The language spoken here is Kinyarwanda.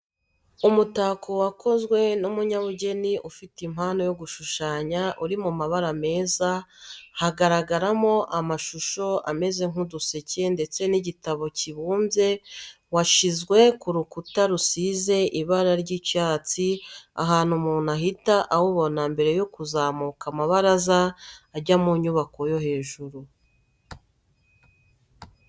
Umutako wakozwe n'umunyabugeni ufite impano yo gushushanya, uri mu mabara meza hagaragaramo amashusho ameze nk'uduseke ndetse n'igitabo kibumbuye, washyizwe ku rukuta rusize ibara ry'icyatsi ahantu umuntu ahita awubona mbere yo kuzamuka amabaraza ajya mu nyubako yo hejuru.